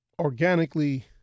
organically